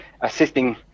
assisting